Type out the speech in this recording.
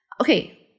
Okay